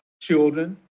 children